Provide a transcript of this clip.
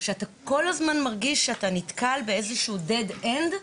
זה כל הזמן להרגיש שנתקלים באיזה שהוא- Dead end,